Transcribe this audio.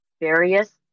various